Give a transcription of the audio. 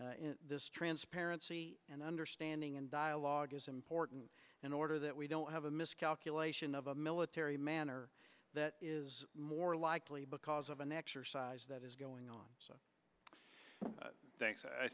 this transparency and understanding and dialogue is important in order that we don't have a miscalculation of a military manner that is more likely because of an exercise that is going on